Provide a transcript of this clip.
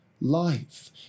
life